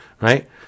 right